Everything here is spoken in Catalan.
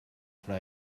fra